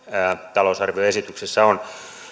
talousarvioesityksessä on